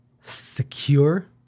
secure